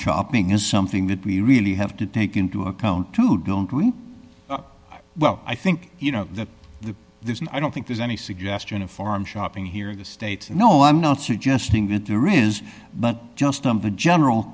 shopping is something that we really have to take into account too don't we well i think you know that the i don't think there's any suggestion of farm shopping here in this state no i'm not suggesting that there is but just on the general